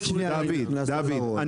דוד,